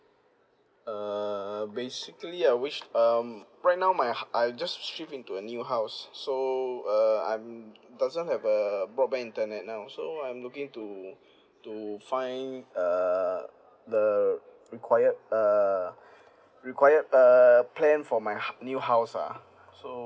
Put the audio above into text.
err basically I wish um right now my hou~ I just shift into a new house so uh I'm doesn't have a broadband internet now so I'm looking to to find err the required err required err plan for my hou~ new house ah so